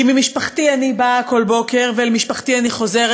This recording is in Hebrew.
כי ממשפחתי אני באה כל בוקר ואל משפחתי אני חוזרת,